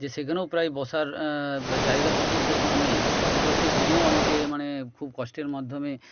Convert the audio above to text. যে সেখানেও প্রায় বসার জায়গা সুদ্ধু নেই এর ফলে সেই ট্রেনেও আমাকে মানে খুব কষ্টের মাধ্যমে